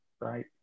right